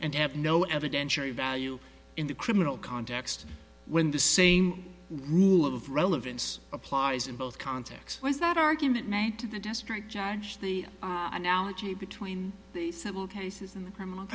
and have no evidentiary value in the criminal context when the same rule of relevance applies in both context was that argument made to the district judge the analogy between the civil cases in the criminal